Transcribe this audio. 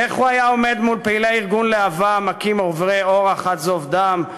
איך הוא היה עומד מול פעילי ארגון להב"ה המכים עוברי אורח עד זוב דם,